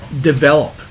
develop